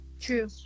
true